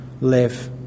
live